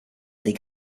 des